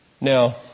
Now